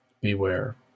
beware